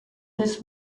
this